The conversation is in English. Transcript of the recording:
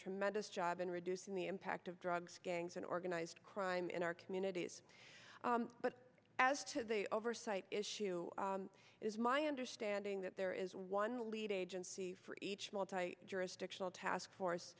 tremendous job in reducing the impact of drugs gangs and organized crime in our communities but as to the oversight issue is my understanding that there is one lead agency for each jurisdictional task force